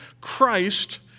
Christ